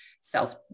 Self